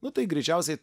nu tai greičiausiai